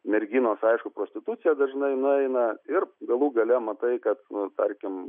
merginos aišku prostituciją dažnai nueina ir galų gale matai kad tarkim